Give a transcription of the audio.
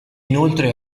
inoltre